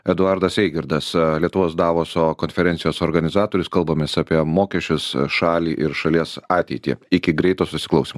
eduardas eigirdas a lietuvos davoso konferencijos organizatorius kalbamės apie mokesčius a šalį ir šalies ateitį iki greito susiklausymo